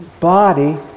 body